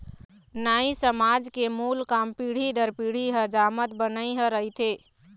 नाई समाज के मूल काम पीढ़ी दर पीढ़ी हजामत बनई ह रहिथे